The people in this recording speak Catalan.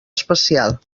especial